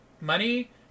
money